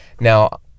now